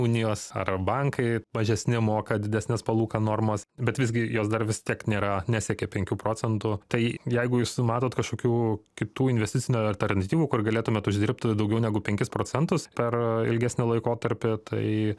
unijos ar bankai mažesni moka didesnes palūkanų normas bet visgi jos dar vis tiek nėra nesiekia penkių procentų tai jeigu jūs matot kažkokių kitų investicinių alternatyvų kur galėtumėt uždirbti daugiau negu penkis procentus per ilgesnį laikotarpį tai